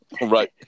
Right